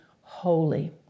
holy